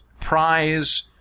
prize